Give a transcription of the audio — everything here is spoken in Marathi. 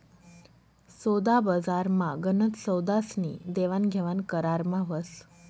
सोदाबजारमा गनच सौदास्नी देवाणघेवाण करारमा व्हस